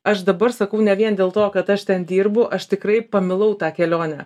aš dabar sakau ne vien dėl to kad aš ten dirbu aš tikrai pamilau tą kelionę